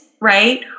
right